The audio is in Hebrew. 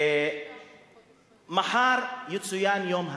מחר יצוין יום הנכבה,